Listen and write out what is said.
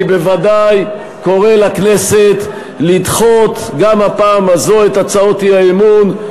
אני בוודאי קורא לכנסת לדחות גם הפעם הזו את הצעות האי-אמון,